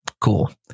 Cool